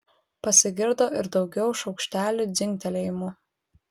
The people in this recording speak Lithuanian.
pasigirdo ir daugiau šaukštelių dzingtelėjimų